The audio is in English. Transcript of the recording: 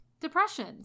depression